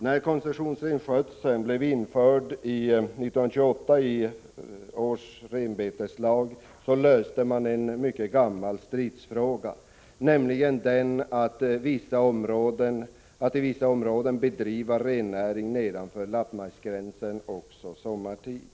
När den infördes i 1928 års renbeteslag löste man en mycket gammal stridsfråga, nämligen att man i vissa områden skulle få bedriva rennäring nedanför lappmarksgränsen även sommartid.